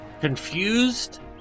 confused